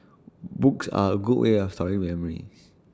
books are A good way of storing memories